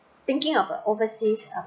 thinking of a overseas um